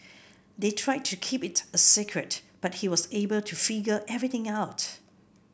they tried to keep it a secret but he was able to figure everything out